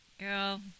girl